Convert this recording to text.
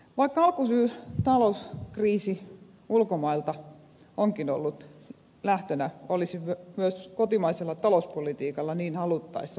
vaikka alkuaan talouskriisi onkin ulkomailta lähtöisin olisi myös kotimaisella talouspolitiikalla niin haluttaessa voitu tehdä huomattavasti enemmän